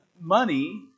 money